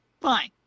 fine